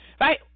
right